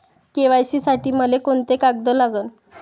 KYC साठी मले कोंते कागद लागन?